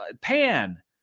Pan